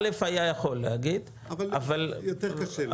ראשית, היה יכול להגיד אבל -- יותר קשה.